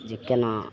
जे कोना